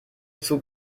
zug